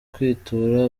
kwitura